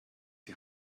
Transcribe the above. die